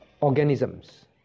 organisms